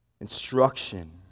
instruction